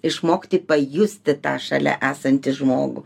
išmokti pajusti tą šalia esantį žmogų